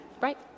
right